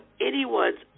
anyone's